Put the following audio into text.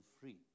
free